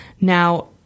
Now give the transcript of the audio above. now